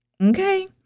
okay